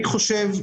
אני חושב,